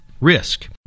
Risk